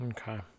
Okay